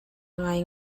ngai